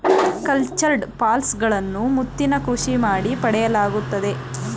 cultured pearls ಗಳನ್ನು ಮುತ್ತಿನ ಕೃಷಿ ಮಾಡಿ ಪಡೆಯಲಾಗುತ್ತದೆ